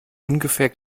ungefähr